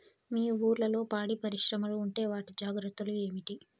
మీ ఊర్లలో పాడి పరిశ్రమలు ఉంటే వాటి జాగ్రత్తలు ఏమిటి